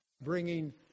bringing